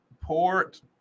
Port